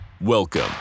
Welcome